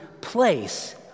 place